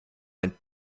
ein